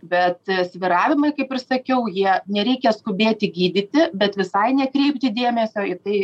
bet svyravimai kaip ir sakiau jie nereikia skubėti gydyti bet visai nekreipti dėmesio į tai